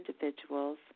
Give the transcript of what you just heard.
individuals